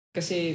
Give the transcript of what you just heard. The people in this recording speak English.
Kasi